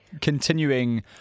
continuing